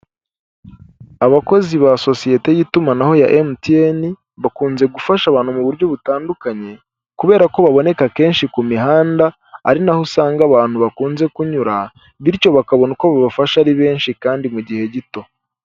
Abakozi ba sosiyete y'itumanaho ya MTN bakunze gufasha abantu mu buryo butandukanye, kubera ko baboneka kenshi ku mihanda, ari naho usanga abantu bakunze kunyura, bityo bakabona uko bibafasha ari benshi kandi mu gihe gito.